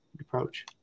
approach